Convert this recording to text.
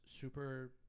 super